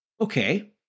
okay